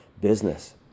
business